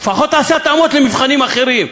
לפחות תעשה התאמות למבחנים אחרים.